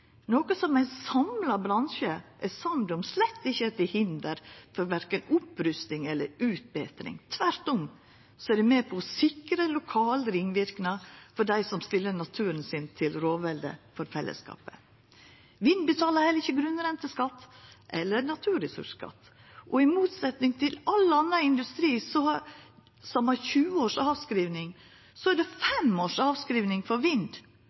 noko ein samla bransje er samd om slett ikkje er til hinder for verken opprusting eller utbetring. Tvert om er det med på å sikra lokal ringverknad for dei som stiller naturen sin til rådvelde for fellesskapet. Vind betalar heller ikkje grunnrenteskatt eller naturressursskatt, og i motsetnad til all anna industri, som har 20 års avskriving, er det 5 års avskriving for vind.